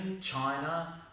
China